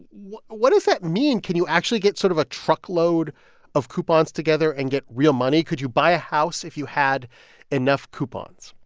what what does that mean? can you actually get sort of a truckload of coupons together and get real money? could you buy a house if you had enough coupons?